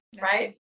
Right